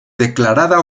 declarada